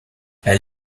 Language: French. elle